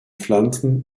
pflanzen